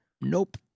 Nope